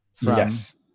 Yes